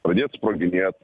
pradėt sproginėt